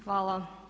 Hvala.